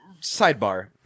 sidebar